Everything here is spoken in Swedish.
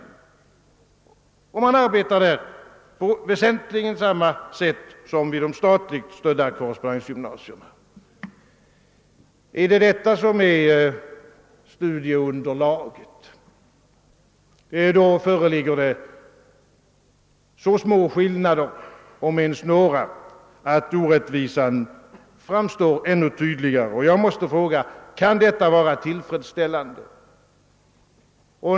Man arbetar där i allt väsentligt ungefär på samma sätt som vid de statligt stödda korrespondensgymnasierna. Är det vad fröken Sandell menar med studieunderlag? Då föreligger så små skillnader, om ens några, att orättvisan framstår ännu tydligare, och jag måste fråga: Kan detta vara tillfredsställande?